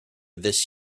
this